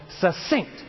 succinct